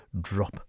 drop